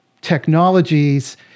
technologies